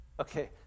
Okay